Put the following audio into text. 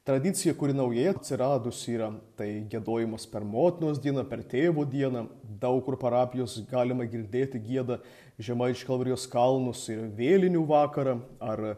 tradicija kuri naujai atsiradusi yra tai giedojimas per motinos dieną per tėvo dieną daug kur parapijos galima girdėti gieda žemaičių kalvarijos kalnus ir vėlinių vakarą ar